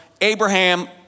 Abraham